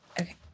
Okay